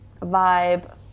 vibe